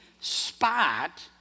spot